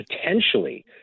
potentially